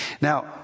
Now